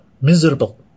miserable